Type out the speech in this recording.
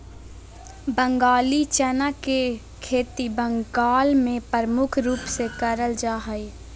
बंगाली चना के खेती बंगाल मे प्रमुख रूप से करल जा हय